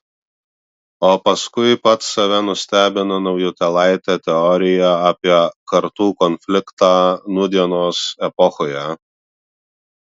o paskui pats save nustebino naujutėlaite teorija apie kartų konfliktą nūdienos epochoje